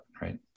Right